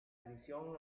edición